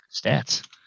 Stats